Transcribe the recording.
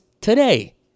today